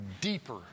deeper